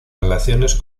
relaciones